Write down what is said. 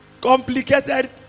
complicated